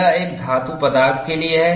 यह एक धातु पदार्थ के लिए है